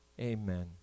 Amen